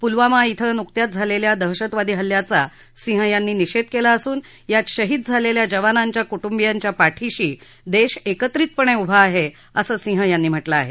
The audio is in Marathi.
पुलवामा श्वें नुकत्याच झालेल्या दहशतवादी हल्ल्याचा सिंह यांनी निषेध केला असून यात शहीद झालेल्या जवानांच्या कुटुंबियांच्या पाठीशी देश एकत्रितपणे उभा आहे असं सिंह यांनी म्हटलं आहे